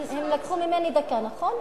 הם לקחו ממני דקה, נכון?